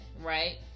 Right